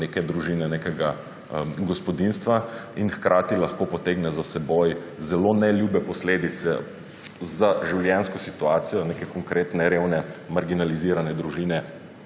neke družine, nekega gospodinjstva, in hkrati lahko potegne za seboj zelo neljube posledice za življenjsko situacijo neke konkretne revne marginalizirane družine,